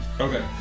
Okay